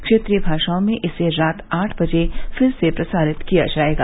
क्षेत्रीय भाषाओं में इसे रात आठ बजे फिर से प्रसारित किया जाएगा